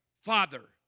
Father